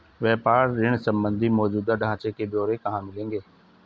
व्यापार ऋण संबंधी मौजूदा ढांचे के ब्यौरे कहाँ मिलेंगे?